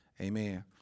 Amen